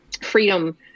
freedom